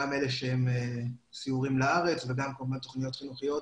גם אלה שהם סיורים לארץ וגם כל מיני תוכניות חינוכיות